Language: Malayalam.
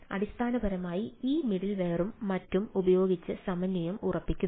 അടിസ്ഥാനപരമായി ഈ മിഡിൽവെയറും മറ്റും ഉപയോഗിച്ച് സമന്വയം ഉറപ്പാക്കുന്നു